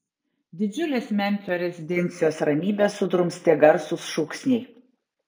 didžiulės memfio rezidencijos ramybę sudrumstė garsūs šūksniai